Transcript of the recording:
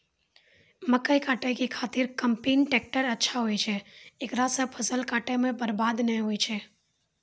मकई काटै के खातिर कम्पेन टेकटर अच्छा होय छै ऐकरा से फसल काटै मे बरवाद नैय होय छै?